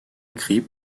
écrit